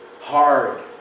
Hard